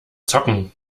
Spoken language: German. zocken